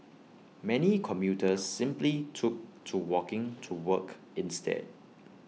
many commuters simply took to walking to work instead